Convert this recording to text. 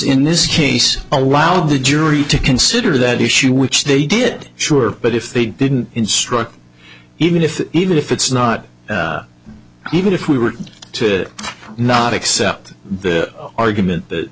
in this case allow the jury to consider that issue which they did sure but if they didn't instruct even if even if it's not even if we were to not accept the argument that